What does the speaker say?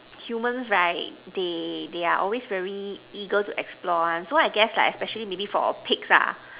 humans right they they are always very eager to explore one so I guess like especially maybe for pigs lah